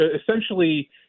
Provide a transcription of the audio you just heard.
essentially